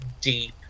deep